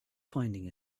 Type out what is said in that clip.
finding